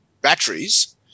batteries